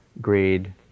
greed